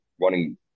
running